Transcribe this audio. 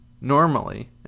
normally